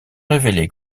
révélé